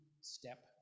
step